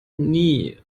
nie